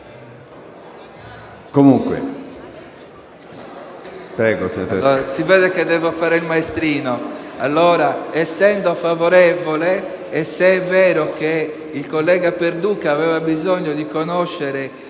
emendamento. Si vede che devo fare il maestrino. Essendo favorevole, e se è vero che il collega Perduca aveva bisogno di conoscere